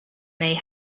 they